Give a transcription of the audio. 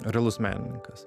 realus menininkas